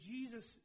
Jesus